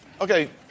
Okay